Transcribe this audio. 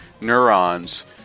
neurons